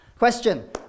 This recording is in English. Question